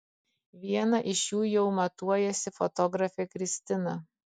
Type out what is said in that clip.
vieną iš jų jau matuojasi fotografė kristina